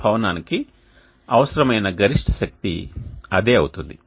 ఆ భవనానికి అవసరమైన గరిష్ట శక్తి అదే అవుతుంది